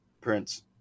Prince